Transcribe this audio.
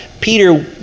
Peter